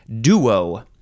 Duo